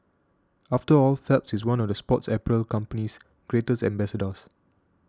after all Phelps is one of the sports apparel company's greatest ambassadors